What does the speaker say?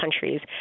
countries